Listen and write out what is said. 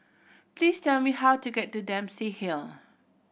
please tell me how to get to Dempsey Hill